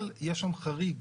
אבל יש שם חריג.